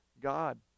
God